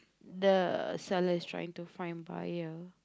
the seller is trying to find buyer